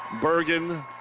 Bergen